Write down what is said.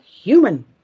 Human